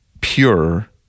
pure